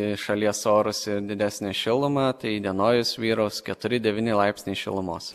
į šalies orus ir didesnę šilumą tai įdienojus vyraus keturi devyni laipsniai šilumos